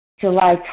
July